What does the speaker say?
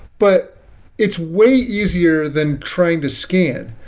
but it's way easier than trying to scan,